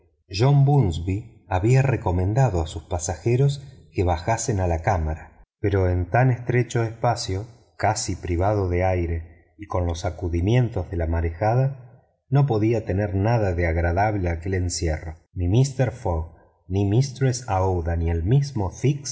había recomendado a sus pasajeros que bajasen a la cámara pero en tan estrecho espacio casi privado de aire y con los sacudimientos de la marejada no podía tener nada de agradable aquel encierro ni mister fogg ni mistress aouida ni el mismo